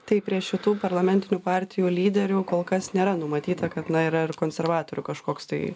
tai prie šitų parlamentinių partijų lyderių kol kas nėra numatyta kad na yra ir konservatorių kažkoks tai